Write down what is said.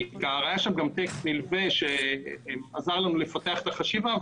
היה שם גם טקסט נלווה שעזר לנו לפתח את החשיבה,